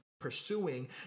Pursuing